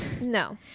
No